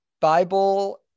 Bible